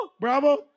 Bravo